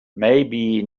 maybe